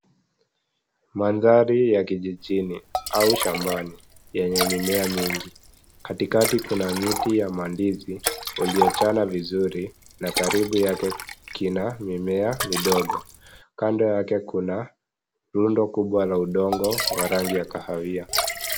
Mandhari ya kijijini au shambani, yenye mimea mingi. Katikati kuna miti ya mandizi uliochana vizuri na karibu yake, kina mimea midogo. Kando yake, kuna rundo kubwa la udongo wa rangi ya kahawia.